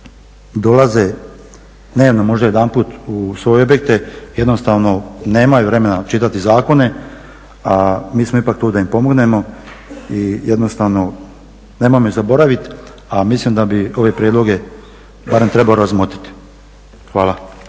dolaze dnevno možda jedanput u svoje objekte i jednostavno nemaju vremena čitati zakone, a mi smo ipak tu da im pomognemo i jednostavno nemojmo ih zaboraviti. A mislim da bi ove prijedloge barem trebalo razmotriti. Hvala.